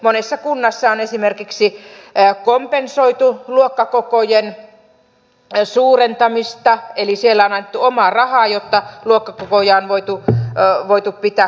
monessa kunnassa on esimerkiksi kompensoitu luokkakokojen suurentamista eli siellä on annettu omaa rahaa jotta luokkakokoja on voitu pitää kohtuullisina